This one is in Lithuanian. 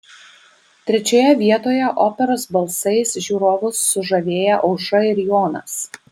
trečioje vietoje operos balsais žiūrovus sužavėję aušra ir jonas